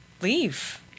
leave